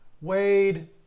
Wade